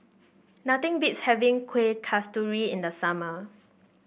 nothing beats having Kuih Kasturi in the summer